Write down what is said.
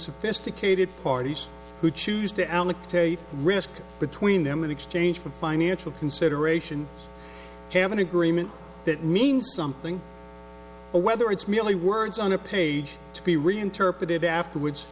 sophisticated parties who choose to alec take a risk between them in exchange for financial consideration have an agreement that means something or whether it's merely words on a page to be reinterpreted afterwards